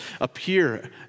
appear